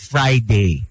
Friday